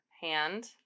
hand